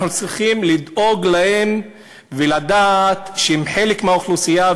אנחנו צריכים לדאוג להם ולדעת שהם חלק מהאוכלוסייה,